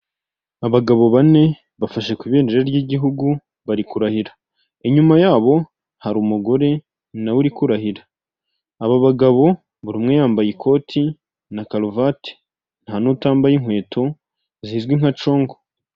Abagabo bane bafashe ku ibendera ry'igihugu bari kurahira, inyuma yabo hari umugore nawe uri kurahira, aba bagabo buri umwe yambaye ikoti na karuvati nta n'utambaye inkweto zizwi nka congo.